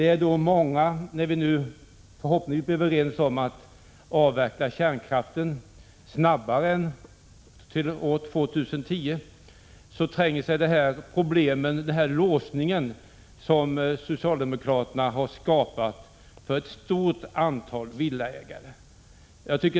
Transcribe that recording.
När vi nu förhoppningsvis är överens om att avveckla kärnkraften snabbare än till år 2010, tränger sig problemen med den låsning som socialdemokraterna har skapat på ett stort antal villaägare.